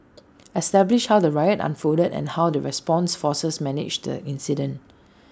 establish how the riot unfolded and how the response forces managed the incident